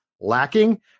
lacking